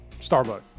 Starbucks